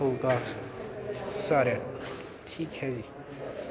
ਹੋਊਗਾ ਸਾਰਿਆਂ ਨੂੰ ਠੀਕ ਹੈ ਜੀ